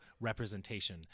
representation